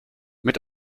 mit